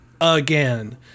again